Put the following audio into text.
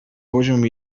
poziom